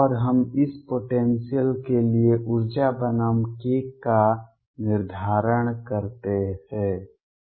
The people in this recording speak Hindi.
और हम इस पोटेंसियल के लिए ऊर्जा बनाम k का निर्धारण करते थे